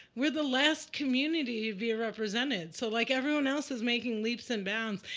we're the last community to be represented. so like, everyone else is making leaps and bounds,